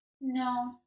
No